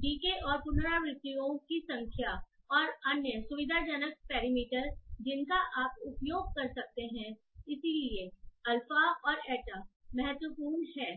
DK और पुनरावृत्तियों की संख्या और अन्य सुविधाजनक पैरामीटर जिनका आप उपयोग कर सकते हैं इसलिए अल्फा और एटा महत्वपूर्ण हैं